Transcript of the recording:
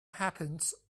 happens